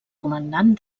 comandant